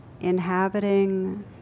inhabiting